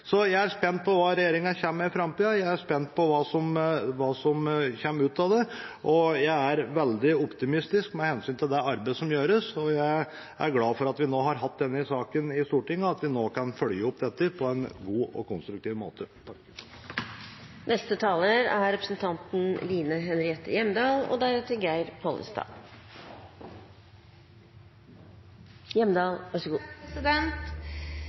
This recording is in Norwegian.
Jeg er spent på hva regjeringa kommer med i framtida. Jeg er spent på hva som kommer ut av det. Jeg er veldig optimistisk med hensyn til det arbeidet som gjøres, og jeg er glad for at vi nå har hatt denne saken i Stortinget, og at vi nå kan følge opp dette på en god og konstruktiv måte.